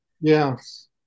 Yes